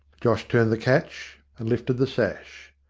josh turned the catch and lifted the sash.